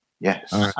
Yes